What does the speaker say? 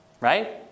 right